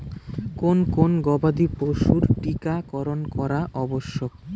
কোন কোন গবাদি পশুর টীকা করন করা আবশ্যক?